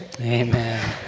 Amen